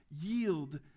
yield